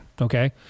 okay